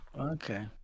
Okay